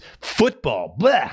football